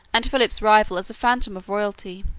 and philip's rival as a phantom of royalty,